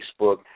Facebook